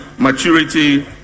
maturity